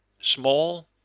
small